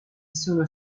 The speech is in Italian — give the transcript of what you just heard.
solo